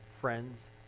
friends